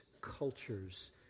cultures